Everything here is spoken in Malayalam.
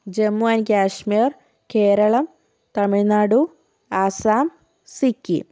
ജമ്മു ആൻഡ് കാശ്മീർ കേരളം തമിഴ്നാടു ആസാം സിക്കിം